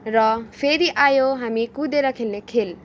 र फेरि आयो हामी कुदेर खेल्ने खेल